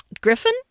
Griffin